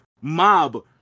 Mob